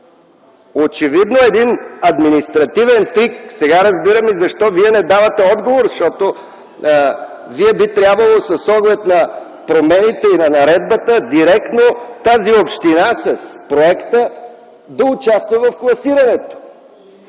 Очевидно това е административен трик. Сега разбирам защо не давате отговор. Вие би трябвало с оглед на промените и на наредбата директно тази община, проектът й да участва в класирането.